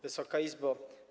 Wysoka Izbo!